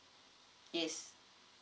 yes